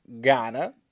Ghana